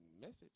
Message